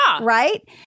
Right